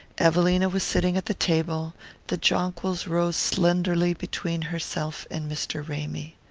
evelina was sitting at the table the jonquils rose slenderly between herself and mr. ramy.